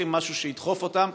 צריכים משהו שידחוף אותם,